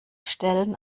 stellen